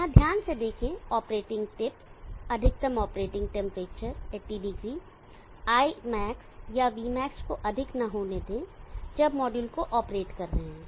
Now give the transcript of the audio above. यहां ध्यान से देखें ऑपरेटिंग टिप्स अधिकतम ऑपरेटिंग टेंपरेचर 80o Imax या Vmax को अधिक न होने दे जब मॉड्यूल को ऑपरेट कर रहे हो